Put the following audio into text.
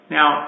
Now